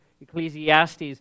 Ecclesiastes